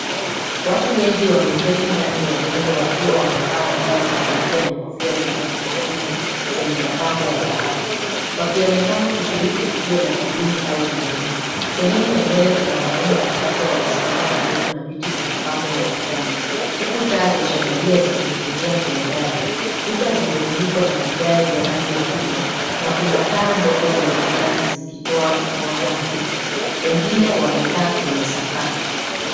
Watu wengi wameketi ndani ya jengo wakiwa wamevaa mavazi meupe na kofia za rangi ya krimu zenye mapambo ya dhahabu. Wakionekana kushiriki tukio la kidini au kijamii. Sehemu ya mbele kuna wanaume wachache wamesimama karibu na viti na mapambo ya ukutani huku taa za chandaria zikininginia kwenye dari. Kuta zimefunikwa na vigae vya rangi ya krimu na kuna taa ndogo za ukutani zikitoa mwanga hafifu, wengine wamekaa kwenye sakafu.